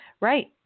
right